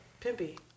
Pimpy